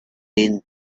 thin